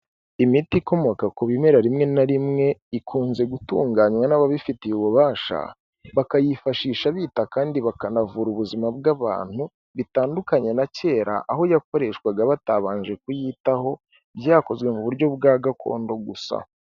Imiti ikomoka ku bimera rimwe na rimwe ikunze gutunganywa n'ababifitiye ububasha, bakayifashisha bita kandi bakanavura ubuzima bw'abantu, bitandukanye na kera aho yakoreshwaga batabanje kuyitaho byakozwe mu buryo bwa gakondo gusa.